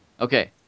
Okay